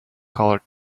colored